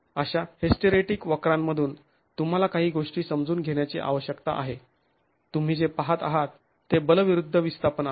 अशा हिस्टरेटीक वक्रांमधून तुम्हाला काही गोष्टी समजून घेण्याची आवश्यकता आहे तुम्ही जे पहात आहात ते बल विरुद्ध विस्थापन आहे